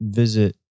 visit